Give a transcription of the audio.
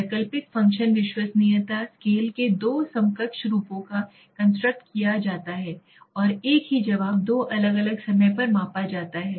वैकल्पिक फ़ंक्शन विश्वसनीयता स्केल के दो समकक्ष रूपों का कंस्ट्रक्ट किया जाता है और एक ही जवाब दो अलग अलग समय पर मापा जाता है